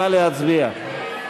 נא להצביע.